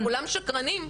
כולם שקרנים?